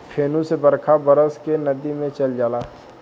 फेनू से बरखा बरस के नदी मे चल जाला